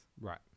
Right